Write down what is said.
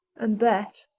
and that,